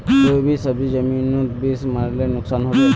कोई भी सब्जी जमिनोत बीस मरले नुकसान होबे?